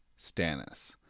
Stannis